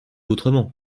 autrement